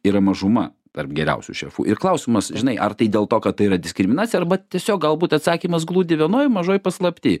yra mažuma tarp geriausių šefų ir klausimas žinai ar tai dėl to kad tai yra diskriminacija arba tiesiog galbūt atsakymas glūdi vienoj mažoj paslapty